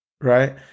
right